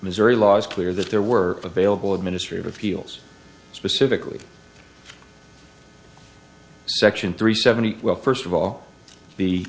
missouri law is clear that there were available administrative appeals specifically section three seventy well first of all the